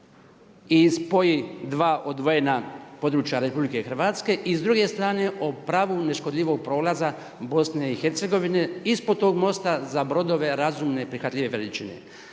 i spoji dva odvojena područja RH i s druge strane o pravu neškodljivog prolaza BiH ispod tog mosta za brodove razumne prihvatljive veličine.